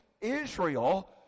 Israel